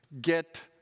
get